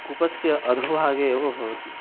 कूपस्य अधो भागे एव भवति